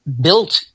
built –